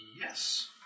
yes